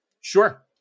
Sure